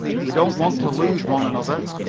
we don't want to lose one another.